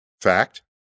fact